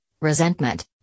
resentment